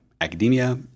academia